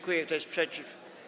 Kto jest przeciw?